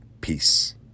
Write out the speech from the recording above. Peace